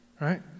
right